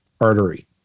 artery